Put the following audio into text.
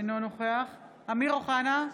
אינו נוכח אמיר אוחנה,